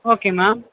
okay ma'am